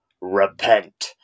Repent